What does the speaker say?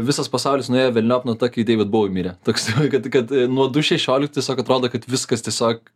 visas pasaulis nuėjo velniop nuo to kai deivid buvo mirė toks kad kad nuo du šešioliktų tiesiog atrodo kad viskas tiesiog